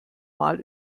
mal